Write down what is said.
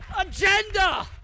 agenda